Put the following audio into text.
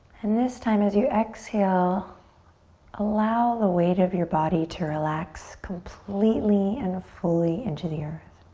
and this time as you exhale allow the weight of your body to relax completely and fully into the earth.